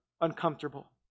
uncomfortable